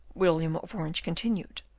william of orange continued,